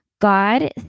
God